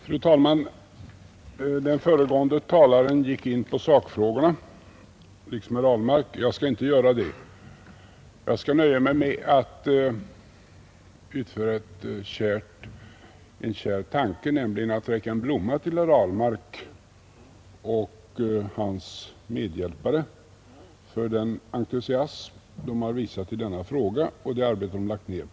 Fru talman! Den föregående talaren gick in på sakfrågorna, liksom herr Ahlmark. Jag skall inte göra det. Jag skall nöja mig med att förverkliga en kär tanke, nämligen att räcka en blomma till herr Ahlmark och hans medhjälpare för den entusiasm de visat i denna fråga och det arbete de lagt ner.